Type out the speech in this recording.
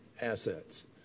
assets